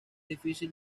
difícil